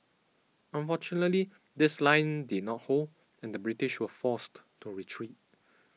unfortunately this line did not hold and the British were forced to retreat